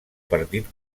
partit